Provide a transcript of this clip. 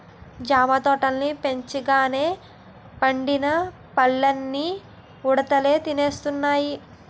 జామ తోటల్ని పెంచినంగానీ పండిన పల్లన్నీ ఉడతలే తినేస్తున్నాయి